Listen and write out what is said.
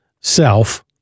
self